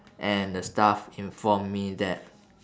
and the staff inform me that